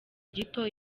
gito